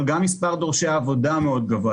אבל גם מספר דורשי העבודה מאוד גבוה.